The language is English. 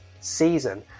season